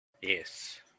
yes